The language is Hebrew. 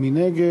מי נגד?